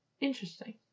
Interesting